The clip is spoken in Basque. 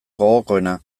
gogokoena